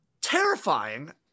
Terrifying